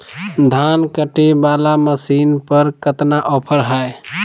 धान कटे बाला मसीन पर कतना ऑफर हाय?